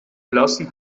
verlassen